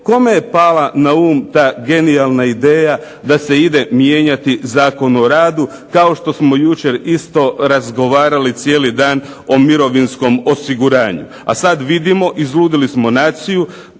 Kome je pala na um ta genijalna ideja da se ide mijenjati Zakon o radu, kao što smo jučer isto razgovarali cijeli dan o mirovinskom osiguranju. A sada vidimo izludili smo naciju,